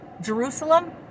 Jerusalem